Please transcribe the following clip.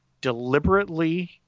deliberately